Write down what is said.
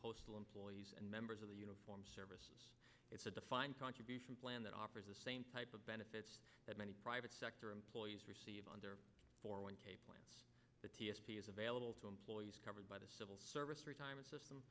postal employees and members of the uniformed services it's a defined contribution plan that operates same type of benefits that many private sector employees receive on their four one k plan the t s p is available to employees covered by the civil service retirement system